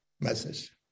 message